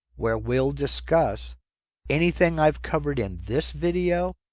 where we'll discuss anything i've covered in this video.